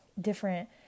different